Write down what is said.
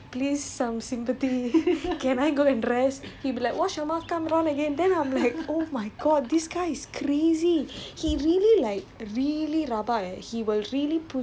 so many times I vomited during the training and then I'll look to the coach I'll be like please some sympathy can I go and rest he would be like wash your mouth come run again then I'm like oh my god